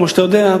כמו שאתה יודע,